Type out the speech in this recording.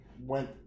went